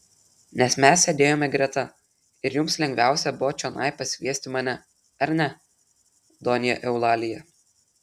nes mes sėdėjome greta ir jums lengviausia buvo čionai pasikviesti mane ar ne donja eulalija